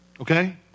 Okay